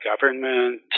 government